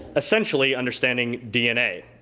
essentially understanding dna.